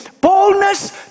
Boldness